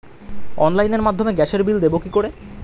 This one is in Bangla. অনলাইনের মাধ্যমে গ্যাসের বিল দেবো কি করে?